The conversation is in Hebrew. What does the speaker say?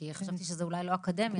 כי חשבתי שזה אולי לא אקדמי,